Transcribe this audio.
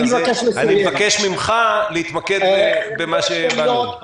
אני מבקש ממך להתמקד בנושא הדיון.